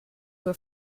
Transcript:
were